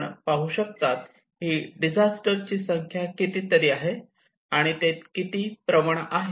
आपण पाहू शकता की ही डिझास्टर ची संख्या कितीतरी आहे आणि ते किती प्रवण आहेत